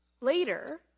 Later